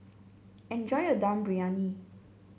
enjoy your Dum Briyani